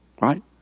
right